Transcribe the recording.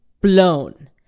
blown